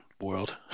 world